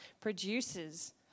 produces